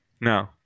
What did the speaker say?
No